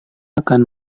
akan